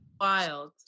Wild